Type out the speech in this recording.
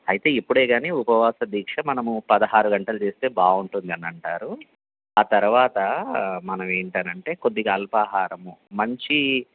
అయితే ఎప్పుడే గానీ ఉపవాస దీక్ష మనము పదహారు గంటలు చేస్తే బావుంటుంది అని అంటారు ఆ తర్వాత మనం ఏంటి అని అంటే కొద్దిగా అల్పాహారము మంచి